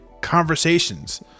conversations